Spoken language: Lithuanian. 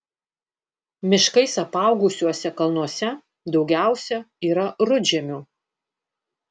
miškais apaugusiuose kalnuose daugiausia yra rudžemių